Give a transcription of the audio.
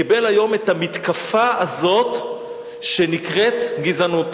קיבל היום את המתקפה הזאת שנקראת "גזענות".